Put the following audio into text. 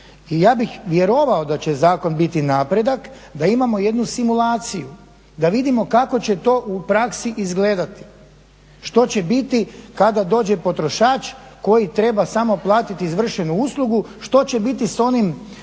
I ja bih vjerovao da će zakon biti napredak da imamo jednu simulaciju, da vidimo kako će to u praksi izgledati. Što će biti kada dođe potrošač koji treba samo platiti izvršenu uslugu što će biti s onim